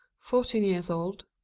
fourteen years old,